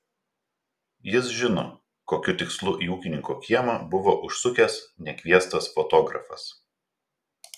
jis žino kokiu tikslu į ūkininko kiemą buvo užsukęs nekviestas fotografas